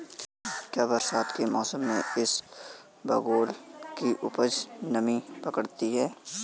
क्या बरसात के मौसम में इसबगोल की उपज नमी पकड़ती है?